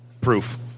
proof